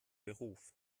beruf